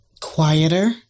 quieter